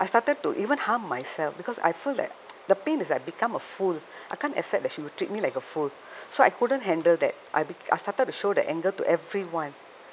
I started to even harm myself because I feel that the pain is that I become a fool I can't accept that she would treat me like a fool so I couldn't handle that I be I started to show the anger to everyone